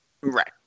Right